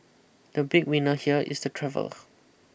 the big winner here is the travel